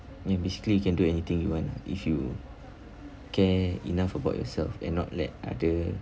ya basically you can do anything you want ah if you care enough about yourself and not let other